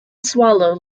swallow